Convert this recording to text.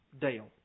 dale